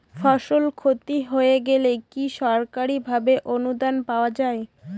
ফসল ক্ষতি হয়ে গেলে কি সরকারি ভাবে অনুদান পাওয়া য়ায়?